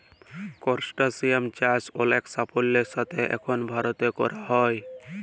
করসটাশিয়াল চাষ অলেক সাফল্যের সাথে এখল ভারতে ক্যরা হ্যয়